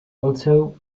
although